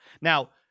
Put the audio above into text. now